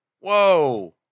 whoa